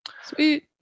Sweet